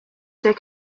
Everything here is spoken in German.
der